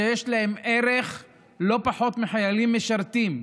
שיש להם ערך לא פחות מחיילים משרתים,